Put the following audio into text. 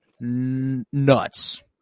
nuts